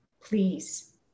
Please